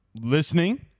listening